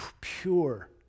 pure